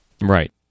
right